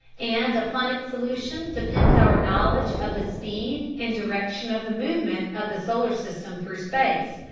and upon its solution depends our knowledge of the speed and direction of the movement of the solar system through space,